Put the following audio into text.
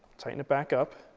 tighten it back up,